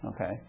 Okay